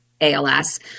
ALS